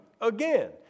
again